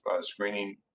screening